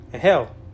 Hell